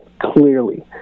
clearly